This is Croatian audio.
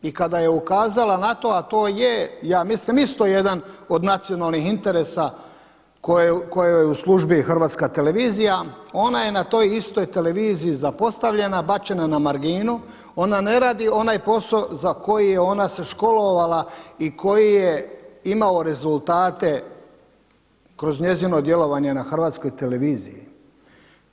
I kada je ukazala na to, a to ja mislim isto jedan od nacionalnih interesa kojoj je u službi HTV, ona je na toj istoj televiziji zapostavljena, bačena na marginu, ona ne radi onaj posao za koji je ona se školovala i koji je imao rezultate kroz njezino djelovanje na HTV-u.